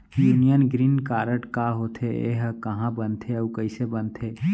Union green card का होथे, एहा कहाँ बनथे अऊ कइसे बनथे?